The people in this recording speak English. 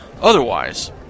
Otherwise